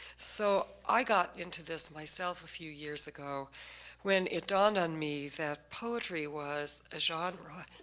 so i got into this myself a few years ago when it dawned on me that poetry was a genre.